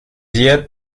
yet